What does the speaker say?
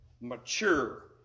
mature